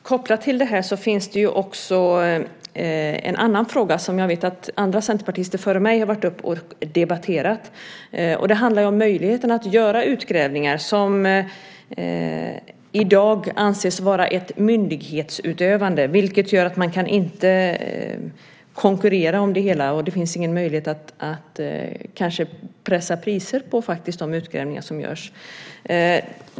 Herr talman! Kopplat till det här finns också en annan fråga som jag vet att andra centerpartister före mig har varit uppe och debatterat. Det handlar om möjligheten att göra utgrävningar. I dag anses detta vara ett myndighetsutövande, vilket gör att man inte kan konkurrera om det hela, och det finns ingen möjlighet att kanske pressa priset på de utgrävningar som görs.